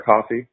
Coffee